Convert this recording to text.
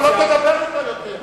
אתה לא תדבר אתו יותר.